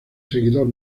seguidor